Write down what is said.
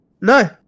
No